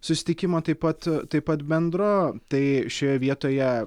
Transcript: susitikimo taip pat taip pat bendro tai šioje vietoje